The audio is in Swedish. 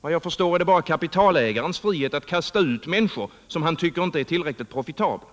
Såvitt jag förstår är det bara kapitalägarens frihet att kasta ut människor, som han tycker inte är tillräckligt profitabla.